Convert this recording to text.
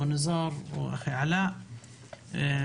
מודר יוניס ועלא גנטוס,